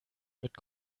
mit